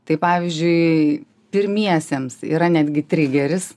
tai pavyzdžiui pirmiesiems yra netgi trigeris